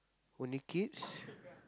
only kids